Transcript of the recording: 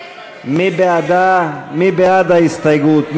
מי בעד ההסתייגות?